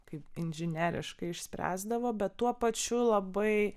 kaip inžineriškai išspręsdavo bet tuo pačiu labai